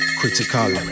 critical